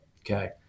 okay